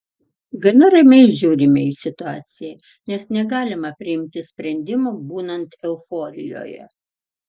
gana ramiai žiūrime į situaciją nes negalima priimti sprendimų būnant euforijoje